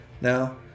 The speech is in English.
now